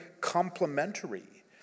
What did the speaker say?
complementary